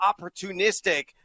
opportunistic